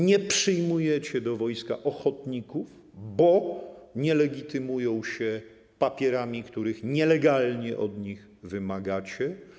Nie przyjmujecie do wojska ochotników, bo nie legitymują się papierami, których nielegalnie od nich wymagacie.